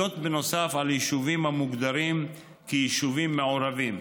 נוסף על יישובים המוגדרים כיישובים מעורבים.